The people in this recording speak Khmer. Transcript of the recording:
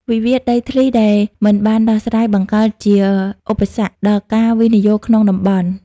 វិវាទដីធ្លីដែលមិនបានដោះស្រាយ បង្កើតជា "ឧបសគ្គ" ដល់ការវិនិយោគក្នុងតំបន់។